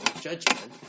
judgment